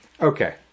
Okay